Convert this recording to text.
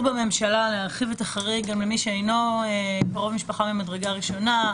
בממשלה להרחיב את החריג גם על מי שאינו קרוב משפחה ממדרגה ראשונה,